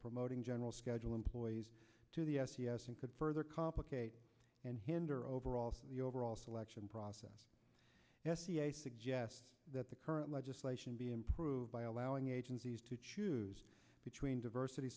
promoting general schedule employees to the s e s and could further complicate and hinder overall the overall selection process suggest that the current legislation be improved by allowing agencies to choose between diversity